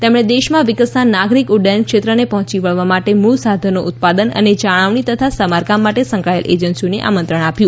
તેમણે દેશમાં વિકસતા નાગરિક ઉડ્ડયન ક્ષેત્રને પહોંચી વળવા માટે મૂળ સાધનો ઉત્પાદન અને જાળવણી તથા સમારકામ માટે સંકળાયેલ એજન્સીઓને આમંત્રણ આપ્યું